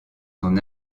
son